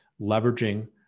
leveraging